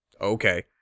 Okay